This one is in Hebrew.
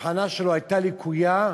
האבחנה שלו הייתה לקויה,